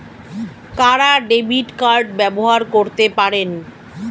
কারা debit card ব্যবহার করতে পারেন?